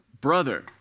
brother